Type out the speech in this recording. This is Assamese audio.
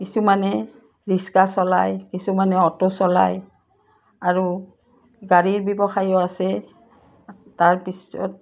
কিছুমানে ৰিক্সা চলায় কিছুমানে অটো চলায় আৰু গাড়ীৰ ব্যৱসায়ো আছে তাৰপিছত